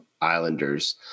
Islanders